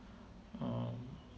um